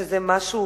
שזה משהו